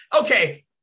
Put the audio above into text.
Okay